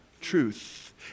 truth